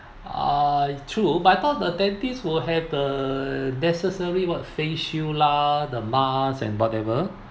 ah true but I thought the dentist will have the necessary what face shield lah the mask and whatever